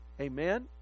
Amen